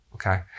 Okay